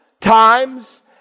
times